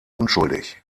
unschuldig